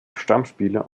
stammspieler